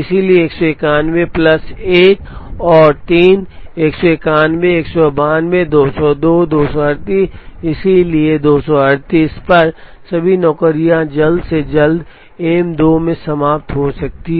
इसलिए 191 प्लस 1 और 3 191 192 202 238 इसलिए 238 पर सभी नौकरियां जल्द से जल्द एम 2 में समाप्त हो सकती हैं